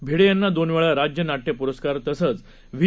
भिडे यांना दोन वेळा राज्य नाट्य पुरस्कार तसंच व्ही